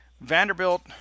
Vanderbilt